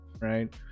right